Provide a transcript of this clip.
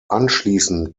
anschließend